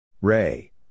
Ray